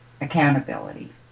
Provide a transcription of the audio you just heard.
accountability